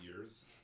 years